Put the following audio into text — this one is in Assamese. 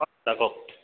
ছাৰ কওক